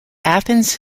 athens